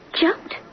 Jumped